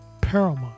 paramount